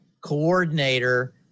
coordinator